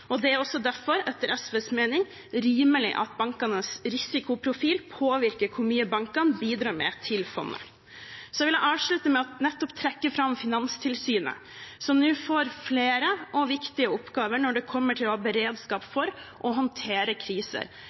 Det er også derfor, etter SVs mening, rimelig at bankenes risikoprofil påvirker hvor mye bankene bidrar med til fondet. Jeg vil avslutte med nettopp å trekke fram Finanstilsynet, som nå får flere og viktigere oppgaver når det gjelder å ha beredskap for og håndtere kriser.